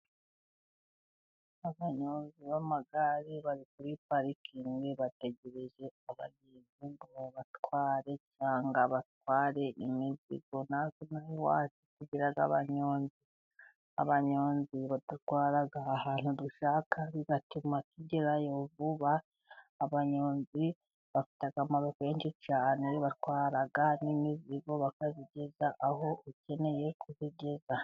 Abanyozi b'amagare bari kuri parikingi bategereje abagenzi, ngo babatware cyangwa batware imizigo. Natwe ino aha iwacu tugira abanyozi, abanyonzi badutwara ahantu dushaka bigatuma tugerayo vuba, abanyonzi bafite akamaro kenshi cyane batwara n'imizigo bakayigeza aho ukeneye kuyigeza.